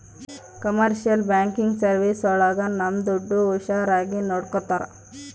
commercial banking service ಒಳಗ ನಮ್ ದುಡ್ಡು ಹುಷಾರಾಗಿ ನೋಡ್ಕೋತರ